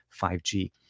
5G